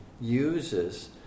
uses